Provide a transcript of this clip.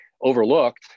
overlooked